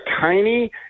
tiny